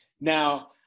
Now